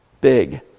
big